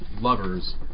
lovers